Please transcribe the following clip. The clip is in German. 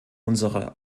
unsere